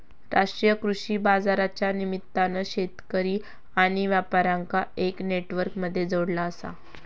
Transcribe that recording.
राष्ट्रीय कृषि बाजारच्या निमित्तान शेतकरी आणि व्यापार्यांका एका नेटवर्क मध्ये जोडला आसा